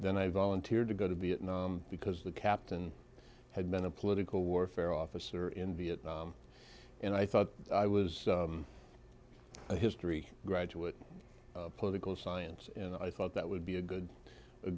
then i volunteered to go to be because the captain had been a political warfare officer in vietnam and i thought i was a history graduate of political science and i thought that would be a good a